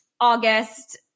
August